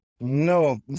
No